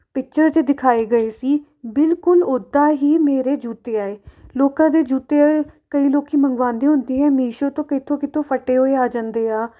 picture 'ਚ ਦਿਖਾਏ ਗਏ ਸੀ ਬਿਲਕੁਲ ਉੱਦਾਂ ਹੀ ਮੇਰੇ ਜੁੱਤੇ ਆਏ ਲੋਕਾਂ ਦੇ ਜੁੱਤੇ ਕਈ ਲੋਕ ਮੰਗਵਾਉਂਦੇ ਹੁੰਦੇ ਆ ਮੀਸ਼ੋ ਤੋਂ ਕਿਤੋਂ ਕਿਤੋਂ ਫਟੇ ਹੋਏ ਆ ਜਾਂਦੇ ਆ